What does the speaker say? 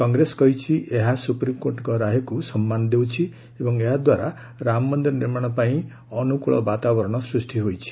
କଂଗ୍ରେସ କହିଛି ଏହା ସୁପ୍ରିମକୋର୍ଟଙ୍କ ରାୟକୁ ସମ୍ମାନ ଦେଉଛି ଏବଂ ଏହା ଦ୍ୱାରା ରାମ ମନ୍ଦିର ନିର୍ମାଣ ପାଇଁ ଅନୁକୂଳ ବାତାବରଣ ସୃଷ୍ଟି ହୋଇଛି